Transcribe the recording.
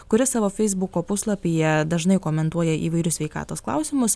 kuris savo feisbuko puslapyje dažnai komentuoja įvairius sveikatos klausimus